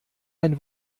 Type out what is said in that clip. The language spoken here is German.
ein